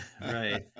right